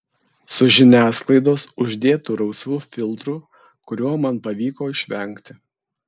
su žiniasklaidos uždėtu rausvu filtru kurio man pavyko išvengti